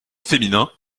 féminin